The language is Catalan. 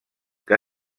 que